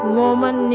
woman